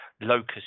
locus